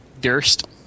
Durst